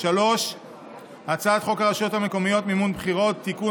3. הצעת חוק הרשויות המקומיות (מימון בחירות) (תיקון,